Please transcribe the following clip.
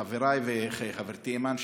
חבריי וחברתי אימאן,